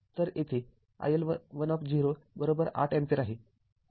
तर येथे iL १० ८ ampere आहे आणि iL२० ४ अँपिअर आहे